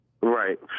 Right